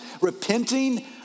repenting